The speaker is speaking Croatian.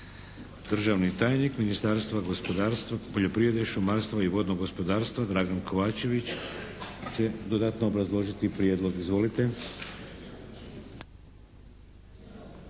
Državni tajnik Ministarstva gospodarstva, poljoprivrede, šumarstva i vodnog gospodarstva Dragan Kovačević će dodatno obrazložiti prijedlog. Izvolite.